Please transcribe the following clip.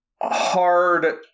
hard